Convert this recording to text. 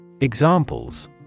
Examples